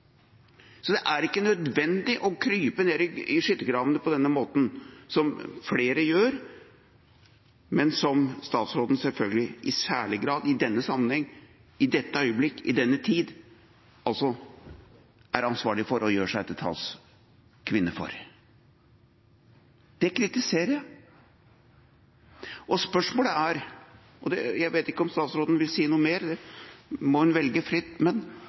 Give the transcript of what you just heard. Så det er ikke nødvendig å krype ned i skyttergravene på den måten som flere gjør, men som statsråden, selvfølgelig, i særlig grad gjør i denne sammenheng, i dette øyeblikk, i denne tid, er ansvarlig for og gjør seg til talskvinne for. Det kritiserer jeg. Jeg vet ikke om statsråden vil si noe mer, det må hun velge fritt.